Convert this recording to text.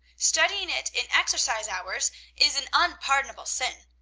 studying it in exercise hours is an unpardonable sin.